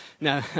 No